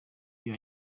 ryo